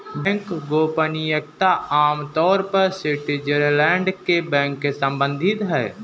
bank गोपनीयता आम तौर पर स्विटज़रलैंड के बैंक से सम्बंधित है